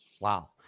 Wow